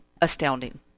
astounding